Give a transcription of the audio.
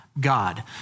God